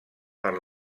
per